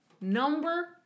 number